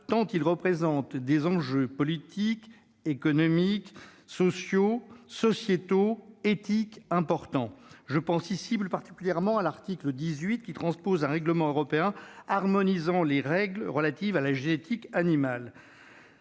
donné l'importance des enjeux politiques, économiques, sociaux, sociétaux et éthiques qu'ils soulèvent. Je pense tout particulièrement à l'article 18, qui transpose un règlement européen harmonisant les règles relatives à la génétique animale.